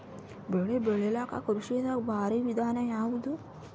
ಬೆಳೆ ಬೆಳಿಲಾಕ ಕೃಷಿ ದಾಗ ಭಾರಿ ವಿಧಾನ ಯಾವುದು?